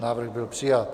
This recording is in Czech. Návrh byl přijat.